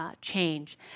change